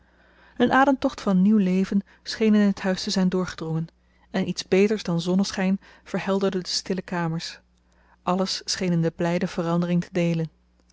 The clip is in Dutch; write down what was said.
een ademtocht van nieuw leven scheen in het huis te zijn doorgedrongen en iets beters dan zonneschijn verhelderde de stille kamers alles scheen in de blijde verandering te deelen